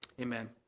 Amen